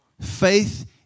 Faith